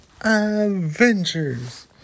Avengers